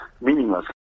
meaningless